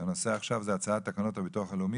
הנושא עכשיו זה הצעת תקנות הביטוח הלאומי